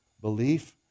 belief